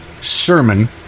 sermon